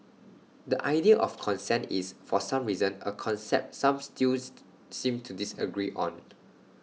the idea of consent is for some reason A concept some still seem to disagree on